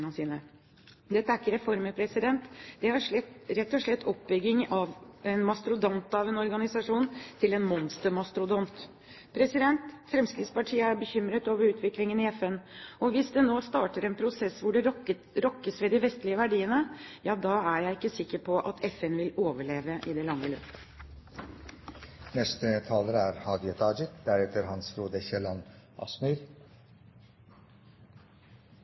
sine. Dette er ikke reformer, det er rett og slett oppbygging av en mastodont av en organisasjon til en monstermastodont. Fremskrittspartiet er bekymret over utviklingen i FN. Hvis det nå starter en prosess hvor det rokkes ved de vestlige verdiene, ja da er jeg ikke sikker på at FN vil overleve i det lange